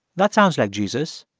that sounds like jesus,